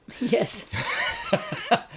Yes